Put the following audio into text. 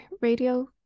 radio